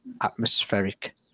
atmospheric